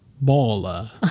bola